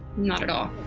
not at all.